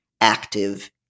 active